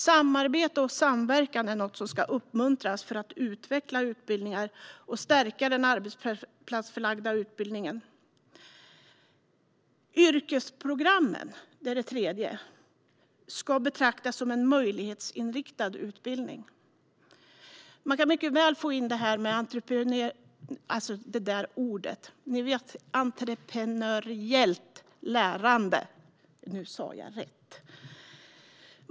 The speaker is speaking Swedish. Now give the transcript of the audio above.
Samarbete och samverkan ska uppmuntras för att utveckla utbildningar och stärka den arbetsplatsförlagda utbildningen. För det tredje ska yrkesprogrammen betraktas som en möjlighetsinriktad utbildning. Man kan mycket väl få in entreprenöriellt lärande.